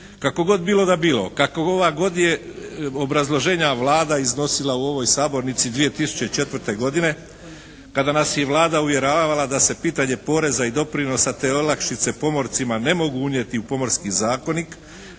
Kako god bilo da bilo, kakova god je obrazloženja Vlada iznosila u ovoj sabornici 2004. godine kada nas je Vlada uvjeravala da se pitanje poreza i doprinosa te olakšice pomorcima ne mogu unijeti u Pomorski zakonik